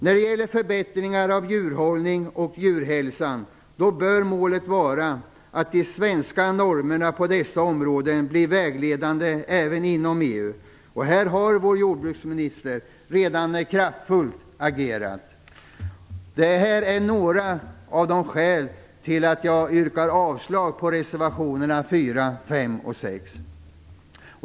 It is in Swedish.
När det gäller förbättringar av djurhållning och djurhälsa bör målet vara att de svenska normerna blir vägledande även inom EU. Här har vår jordbruksminister redan kraftfullt agerat. Detta är några av de skäl till att jag yrkar avslag på reservationerna 4, 5 och 6.